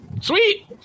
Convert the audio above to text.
Sweet